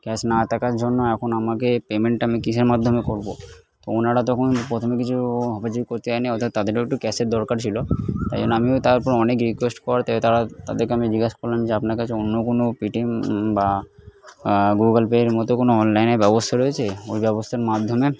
cash না থাকার জন্য এখন আমাকে পেমেন্টটা আমি কীসের মাধ্যমে করবো ওনারা তখন প্রথমে কিছু করতে চায় নি অর্থাৎ তাদেরও একটু ক্যাশের দরকার ছিলো তাই জন্য আমিও তারপর অনেক রিকোয়েস্ট করাতে তারা তাদেরকে আমি জিজ্ঞাস করলাম যে আপনার কাছে অন্য কোনো পেটিএম বা গুগল পের মতো কোনো অনলাইনের ব্যবস্থা রয়েছে ওই ব্যবস্থার মাধ্যমে